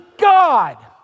God